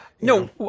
no